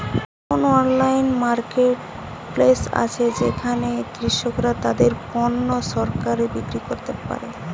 কোন online marketplace আছে যেখানে কৃষকরা তাদের পণ্য সরাসরি বিক্রি করতে পারে?